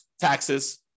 taxes